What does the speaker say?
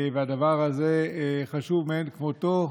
והדבר הזה חשוב מאין כמותו,